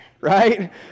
right